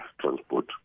Transport